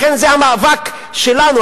זה המאבק שלנו,